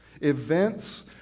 Events